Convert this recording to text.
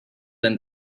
than